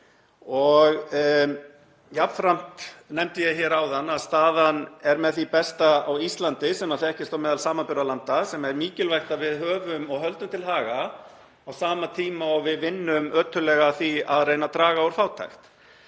Jafnframt nefndi ég hér áðan að staðan á Íslandi er með því besta sem þekkist meðal samanburðarlanda, sem er mikilvægt að við höfum og höldum til haga á sama tíma og við vinnum ötullega að því að reyna að draga úr fátækt.